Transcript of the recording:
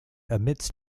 amidst